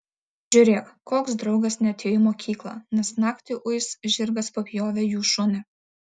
žiūrėk koks draugas neatėjo į mokyklą nes naktį uis žirgas papjovė jų šunį